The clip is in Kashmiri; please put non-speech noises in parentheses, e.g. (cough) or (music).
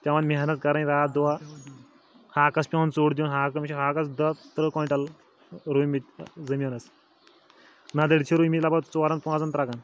پٮ۪وان محنت کَرٕنۍ راتھ دۄہ ہاکَس پٮ۪وان (unintelligible) دیُن ہاکَس مےٚ چھِ ہاکَس دَہ تٕرٛہ کویِنٛٹَل روٗمٕتۍ زٔمیٖنَس نَدٕرۍ چھِ روٗمٕتۍ لگ بگ ژورَن پانٛژَن ترٛکَن